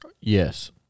Yes